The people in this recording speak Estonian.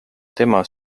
tema